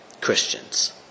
Christians